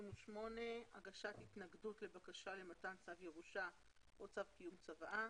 הגשת התנגדות לבקשה למתן צו ירושה או צו קיום צוואה.